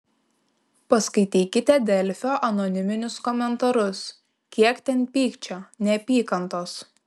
paskaitykite delfio anoniminius komentarus kiek ten pykčio neapykantos